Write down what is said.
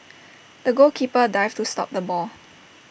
the goalkeeper dived to stop the ball